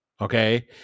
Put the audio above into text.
okay